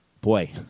boy